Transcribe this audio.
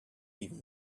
even